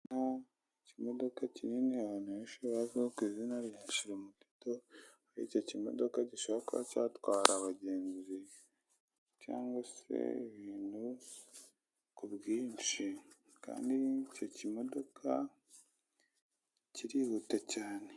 Ikimodoka kinini abantu benshi bazi ku izina rya shirumuteto, kuko icyo kimodoka gishobora kuba cyatwara abagenzi cyangwa se ibintu ku bwinshi kandi icyo kimodoka kirihuta cyane.